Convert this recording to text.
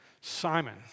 Simon